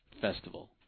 festival